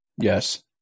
Yes